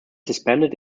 disbanded